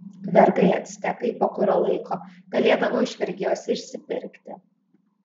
vergai actekai po kurio laiko galėdavo iš vergijos išsipirkti